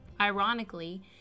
Ironically